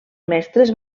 mestres